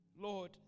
Lord